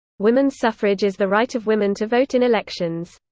women's suffrage is the right of women to vote in elections.